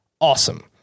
awesome